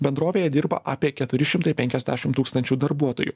bendrovėje dirba apie keturi šimtai penkiasdešim tūkstančių darbuotojų